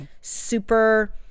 super